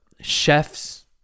chefs